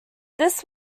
this